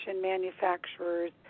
manufacturers